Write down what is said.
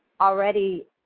already